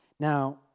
Now